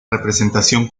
representación